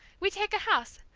we take a house.